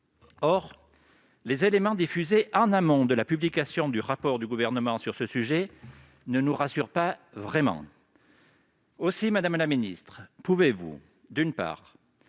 Or les éléments diffusés en amont de la publication du rapport du Gouvernement sur ce sujet ne nous rassurent pas vraiment. Aussi, pouvez-vous m'assurer,